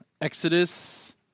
Exodus